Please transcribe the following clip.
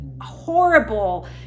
horrible